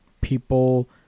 people